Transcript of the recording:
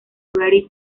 pretty